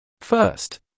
First